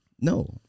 No